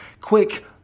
quick